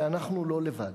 שאנחנו לא לבד,